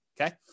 okay